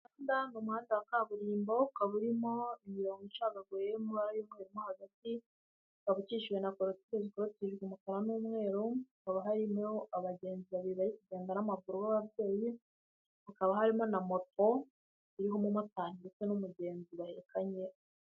Aha ni umuhanda wa kaburimbo, ukaba urimo imirongo icagaguye y' amubara y'umweru mo hagati, hakaba hakorotishijwe na korotire isa umukara n'umweru, hakaba harimo abagenzi babiri barisenga n'amakuru b'ababyeyi, hakaba harimo na moto iriho umumotari ndetse n'umugenzi bahekanye.